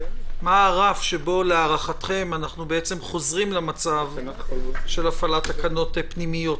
מה הרף שבו להערכתכם אנחנו חוזרים למצב של הפעלת "תקנות פנימיות",